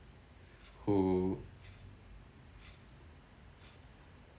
who